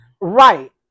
Right